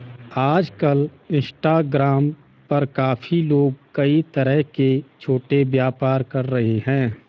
आजकल इंस्टाग्राम पर काफी लोग कई तरह के छोटे व्यापार कर रहे हैं